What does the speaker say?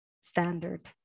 standard